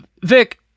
Vic